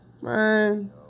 man